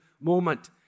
moment